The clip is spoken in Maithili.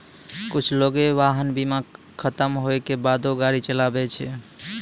कुछु लोगें वाहन बीमा खतम होय के बादो गाड़ी चलाबै छै